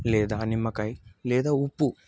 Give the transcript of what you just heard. లేదా నిమ్మకాయ లేదా ఉప్పు